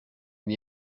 این